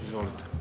Izvolite!